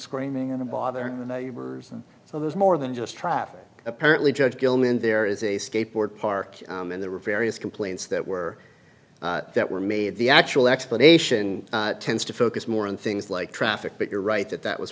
bothering the neighbors so there's more than just traffic apparently judge gilman there is a skateboard park and there were various complaints that were that were made the actual explanation tends to focus more on things like traffic but you're right that that was